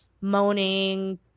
moaning